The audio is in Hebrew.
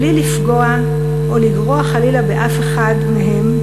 בלי לפגוע או לגרוע חלילה מאף אחד מהם,